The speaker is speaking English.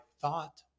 thought